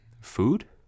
food